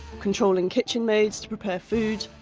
controlling kitchen maids to prepare food,